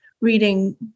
reading